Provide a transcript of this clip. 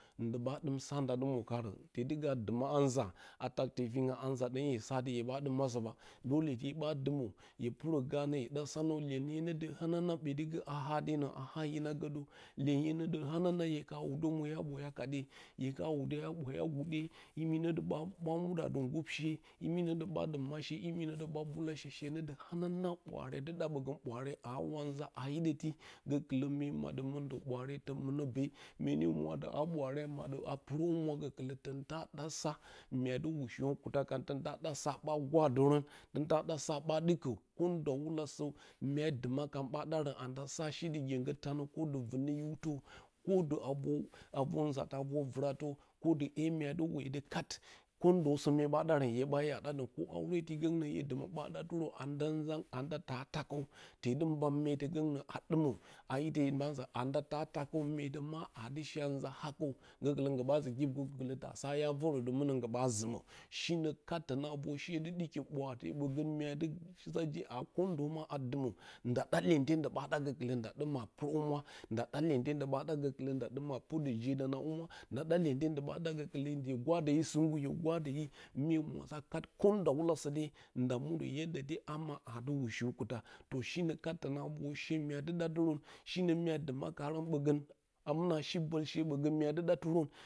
Nduɓa dim sa ndadɨmə karə tedi ga duma a nza a tak tyefinga a nza dong hye sa dɨ hye ɓa dɨm asə ata ti hye ba dumə yə purə ganə hye ɗa sannan iyenye nə də hananary ɓottgo a ha denə a ha hina gə də iyenye nə də hananary hye ka wudə muje ya ɓwaye, kade hye kin wudə ya bwaya guda iniao dəboba mudadɨ gushe ihinə də ɓa dɨ ma she inni nə də ɓa mbula she, she nə də hamananag bwaare dɨ da bogən bwaare a wa nza a hidittə goludə mye madə mɨndə bwaare ton murə be mnene muri atɨ a buraare a maddə a purohumia gokulə tanta ɗa sa mya du ushirə kuta kan ton ta ɗa sa ba gwadorə tonta da sa ɓa dɨkə kondawalasə mya nduma kan ba darə anda sa shi du gyengə taa nə ko ndɨ gyengə vɨnə hiwtə, ko du a ror, a ror nzadɨ a ror vrata ko bondosəmye ba derən hye ɓa ko daran ko a da gonnatrn hue dumə ɓa ɗa tirə anda nzan anda ta taa kəw tedɨ mba meɗə gonnə a dumə a ite yi ɓa uza audata taa kəin metə ma a ebi shi a ma hakə gakullə ngɨ ba sibgu golə da sa kya vorə də munə ngɨ ba zumə shinə kal tongo vor aha di diki bwaafye mbəga'a inye di sa je a kashe a dumə a ɗo yente ndu ɓa ɗa gokulə nda ɗuma purohumwa nda da lueute ndɨba ɗa gokulə ndda dɨma purdə jedah a humwa nda da inente ndɨba ɗa gokulə hye guraɗ hue singu, hye, gwada mye murau kat kondaunlasə de nda mudə to shinə ka tana vor she muadɨ ɗatirəi shinə mya nduma karə ɓogən amɨna shi bolshe ɓogən myadɨ ɗatirən.